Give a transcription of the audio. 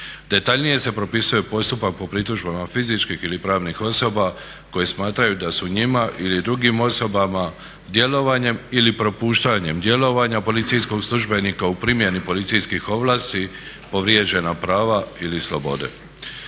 Detaljnije se propisuje postupak po pritužbama fizičkih ili pravnih osoba koje smatraju da su njima ili drugim osobama, djelovanjem ili propuštanjem djelovanja policijskog službenika u primjeni policijskih ovlasti povrijeđena prava ili slobode.